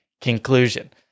conclusion